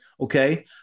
Okay